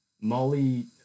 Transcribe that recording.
Molly